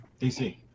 DC